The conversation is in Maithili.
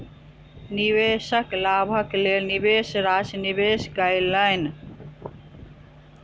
निवेशक लाभक लेल निवेश राशि निवेश कयलैन